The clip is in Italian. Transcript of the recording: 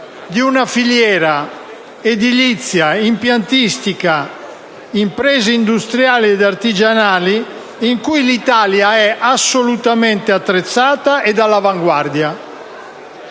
di una filiera edilizia e impiantistica e di imprese industriali ed artigianali in cui l'Italia è assolutamente attrezzata e all'avanguardia.